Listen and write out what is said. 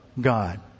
God